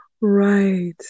Right